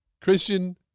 Christian